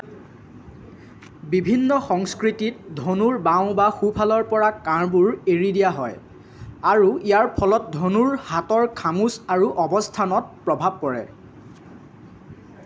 বিভিন্ন সংস্কৃতিত ধনুৰ বাঁও বা সোঁফালৰ পৰা কাঁড়বোৰ এৰি দিয়া হয় আৰু ইয়াৰ ফলত ধনুৰ হাতৰ খামুচ আৰু অৱস্থানত প্ৰভাৱ পৰে